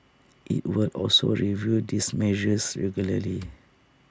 IT will also review these measures regularly